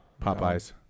Popeyes